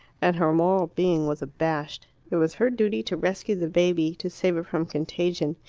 and her moral being was abashed. it was her duty to rescue the baby, to save it from contagion,